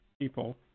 people